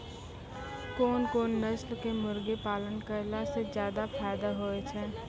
कोन कोन नस्ल के मुर्गी पालन करला से ज्यादा फायदा होय छै?